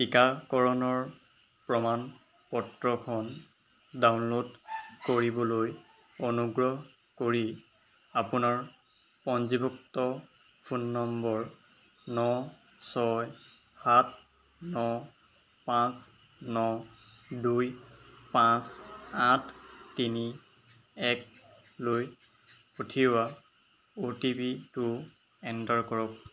টীকাকৰণৰ প্ৰমাণপত্ৰখন ডাউনলোড কৰিবলৈ অনুগ্ৰহ কৰি আপোনাৰ পঞ্জীভুক্ত ফোন নম্বৰ ন ছয় সাত ন পাঁচ ন দুই পাঁচ আঠ তিনি একলৈ পঠিওৱা অ' টি পিটো এণ্টাৰ কৰক